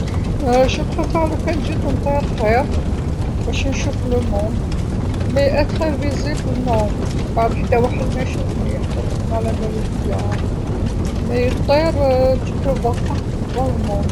نفضل لوكان جيت نطير خير، باش نشوف العالم، بصح نكون منبانش لا، باه حتى واحد ميشوفني، حتى واحد معلابالو بيا، بصح طير تقدر تشوف كلش في العالم.